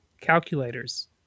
calculators